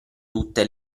tutte